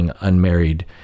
unmarried